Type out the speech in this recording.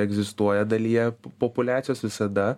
egzistuoja dalyje populiacijos visada